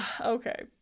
Okay